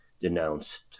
denounced